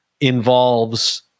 involves